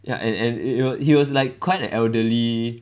ya and and he he was like quite an elderly